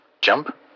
Jump